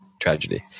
tragedy